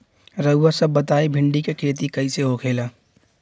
रउआ सभ बताई भिंडी क खेती कईसे होखेला?